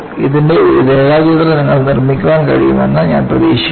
ഇതിന്റെ ഒരു രേഖാചിത്രം നിങ്ങൾക്ക് നിർമ്മിക്കാൻ കഴിയുമെന്ന് ഞാൻ പ്രതീക്ഷിക്കുന്നു